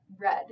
red